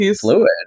fluid